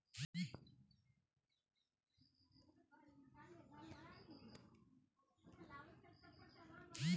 tractor सहित खेती से जुड़ल सभे तरह के कृषि मशीनरी आसानी से मिल जा हइ